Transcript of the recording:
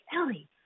Ellie